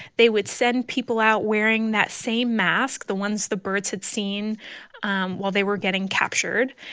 they would send people out wearing that same mask, the ones the birds had seen while they were getting captured.